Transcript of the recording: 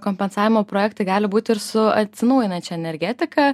kompensavimo projektai gali būti ir su atsinaujinančia energetika